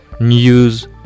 news